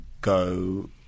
go